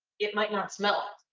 it might not smell it,